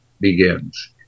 begins